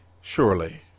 surely